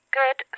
good